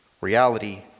Reality